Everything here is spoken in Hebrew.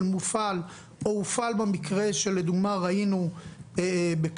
מופעל או הופעל בצורה הנכונה במקרה שלדוגמה ראינו בקפלן,